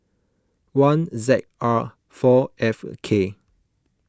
one Z R four F K